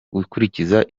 gukurikiza